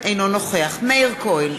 אינו נוכח מאיר כהן,